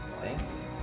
Thanks